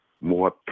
more